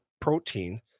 protein